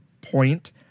point